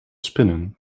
spinnen